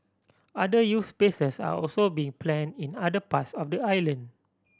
other youth spaces are also being plan in other parts of the island